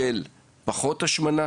שיקטין את ההשמנה